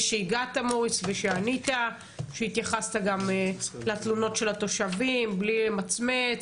שהגעת מוריס ושענית שהתייחסת גם לתלונות של התושבים בלי למצמץ